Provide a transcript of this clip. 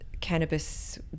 cannabis